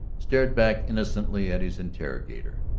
stared back innocently at his interrogator.